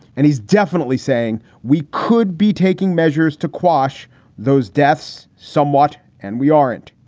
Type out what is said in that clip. and he's definitely saying we could be taking measures to quash those deaths somewhat. and we aren't.